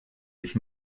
sich